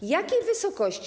W jakiej wysokości?